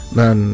nan